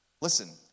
Listen